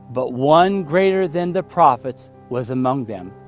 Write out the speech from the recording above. but one greater than the prophets was among them,